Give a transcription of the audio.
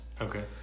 Okay